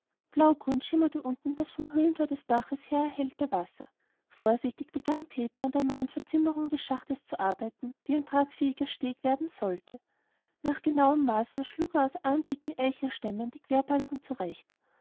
blaugrün schimmerte unten das vom höhlentor des baches her erhellte wasser vorsichtig begann peter an der neuen verzimmerung des schachtes zu arbeiten die ein tragfähiger steg werden sollte nach genauen maßen schlug er aus armdicken eichenstämmen die querbalken zurecht